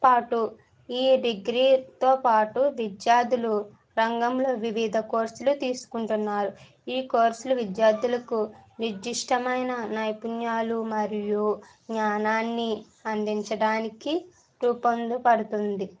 పాటు ఈ డిగ్రీతో పాటు విద్యార్థులు రంగంలో వివిధ కోర్సులు తీసుకుంటున్నారు ఈ కోర్సులు విద్యార్థులకు నిర్దిష్టమైన నైపుణ్యాలు మరియు జ్ఞానాన్ని అందించడానికి రూపొందించబడుతుంది